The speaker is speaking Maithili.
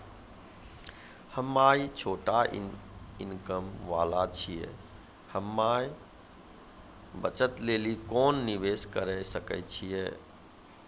हम्मय छोटा इनकम वाला छियै, हम्मय बचत लेली कोंन निवेश करें सकय छियै?